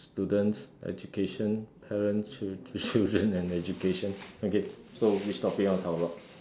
students education parents children and education okay so which topic you want to talk about